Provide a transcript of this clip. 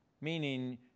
meaning